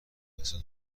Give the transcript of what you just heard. توسط